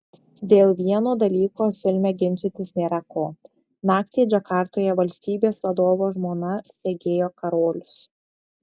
dėl vieno dalyko filme ginčytis nėra ko naktį džakartoje valstybės vadovo žmona segėjo karolius